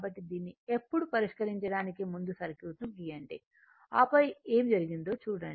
కాబట్టి దీన్ని ఎప్పుడు పరిష్కరించడానికి ముందు సర్క్యూట్ను గీయండి ఆపై ఏమి జరిగిందో చూడండి